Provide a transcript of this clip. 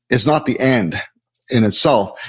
is not the end in itself.